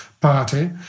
party